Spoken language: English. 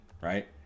right